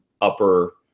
upper